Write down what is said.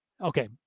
Okay